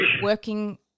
working